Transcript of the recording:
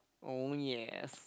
oh yes